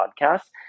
podcast